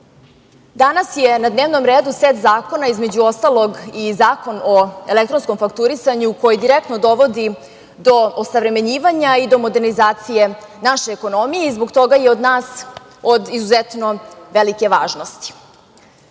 je na dnevnom redu set zakona, između ostalog i Zakon o elektronskom fakturisanju, koji direktno dovodi do osavremenjivanja i do modernizacije naše ekonomije i zbog toga je od izuzetno velike važnosti. Zakon